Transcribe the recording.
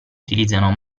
utilizzano